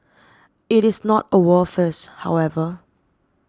it is not a world first however